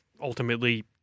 ultimately